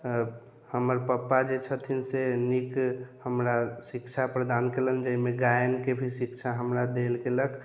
हमर पप्पा जे छथिन से नीक हमरा शिक्षा प्रदान केलनि जाहिमे गायनके भी शिक्षा हमरा देल गेलक